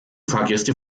fahrgäste